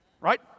Right